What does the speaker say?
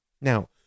Now